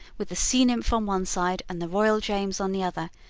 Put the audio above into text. with the sea-nymph on one side and the royal james on the other,